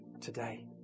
today